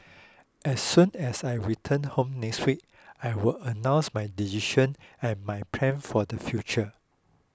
as soon as I return home next week I will announce my decision and my plans for the future